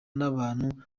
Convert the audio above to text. n’abantu